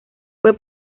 fue